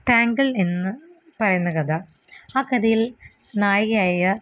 tangle എന്ന് പറയുന്ന കഥ ആ കഥയിൽ നായികയായ